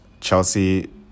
Chelsea